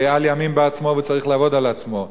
אל יאמין בעצמו, והוא צריך לעבוד על עצמו.